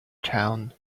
town